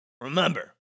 Remember